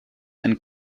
and